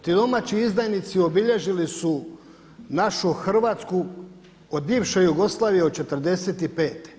Ti domaći izdajnici obilježili su našu Hrvatsku od bivše Jugoslavije od '45.